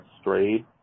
strayed